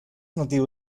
nativa